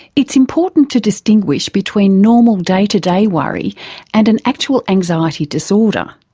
it's important to distinguish between normal day-to-day worry and an actual anxiety disorder,